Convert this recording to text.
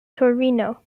torino